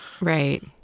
right